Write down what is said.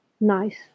nice